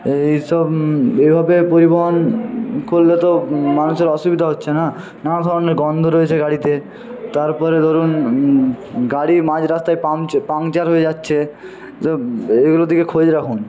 এইসব এভাবে পরিবহন করলে তো মানুষের অসুবিধা হচ্ছে না নানা ধরণের গন্ধ রয়েছে গাড়িতে তারপরে ধরুন গাড়ি মাঝ রাস্তায় পাংচার হয়ে যাচ্ছে তো এগুলোর দিকে খোঁজ রাখুন